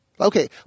okay